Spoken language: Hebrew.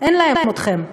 אין להם אתכם.